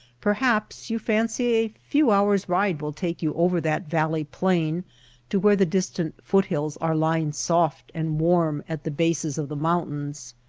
perhaps you fancy a few hours ride will take you over that valley-plain to where the distant foot-hills are lying soft and warm at the bases of the moun tains.